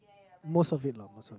most of it most of